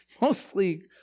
mostly